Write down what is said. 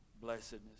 blessedness